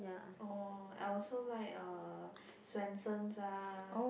oh I also like uh Swensen's ah